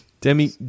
Demi